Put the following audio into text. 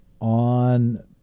on